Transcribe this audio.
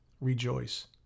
rejoice